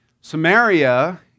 Samaria